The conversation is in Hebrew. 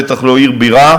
בטח לא עיר בירה,